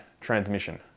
transmission